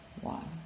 one